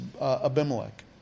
Abimelech